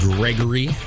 Gregory